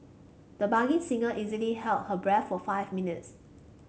the budding singer easily held her breath for five minutes